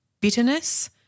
bitterness